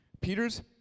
Peter's